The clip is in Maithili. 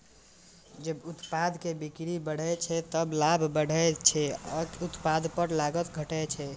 जब उत्पाद के बिक्री बढ़ै छै, ते लाभ बढ़ै छै आ एक उत्पाद पर लागत घटै छै